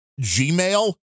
Gmail